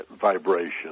vibration